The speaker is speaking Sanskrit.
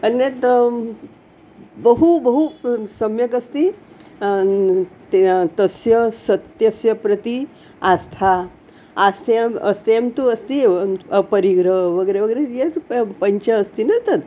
अन्यत् बहु बहु तु सम्यक् अस्ति ते तस्य सत्यस्य प्रति आस्था आस्थेयम् अस्तेयं तु अस्ति अपरिग्रहः वगेरे वगेरे यत् प पञ्च अस्ति न तत्